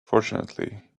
fortunately